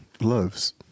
Loves